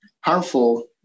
harmful